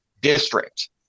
district